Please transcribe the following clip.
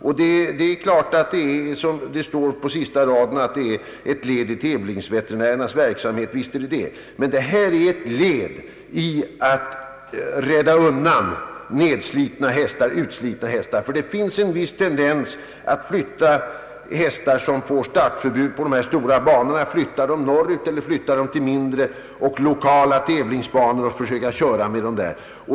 Visst är startkorten, som det står på sista raden, ett led i tävlingsveterinärernas verksamhet. Men de är också ett led i att rädda utslitna hästar. Det finns en viss tendens att vilja flytta hästar, som fått startförbud på de stora banorna, norrut eller till mindre, lokala tävlingsbanor och försöka köra med dem där.